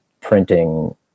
printing